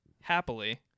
happily